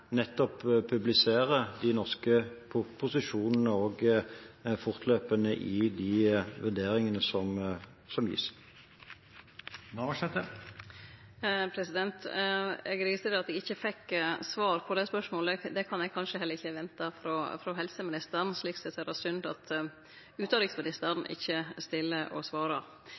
nettopp publiserer de norske posisjonene og de vurderingene som gis. Eg registrerer at eg ikkje fekk svar på det spørsmålet. Det kan eg kanskje heller ikkje vente frå helseministeren, så slik sett er det synd at utanriksministeren ikkje stiller og